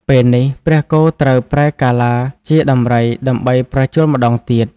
ពេលនេះព្រះគោត្រូវប្រែកាឡាជាដំរី ដើម្បីប្រជល់ម្ដងទៀត។